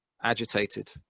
agitated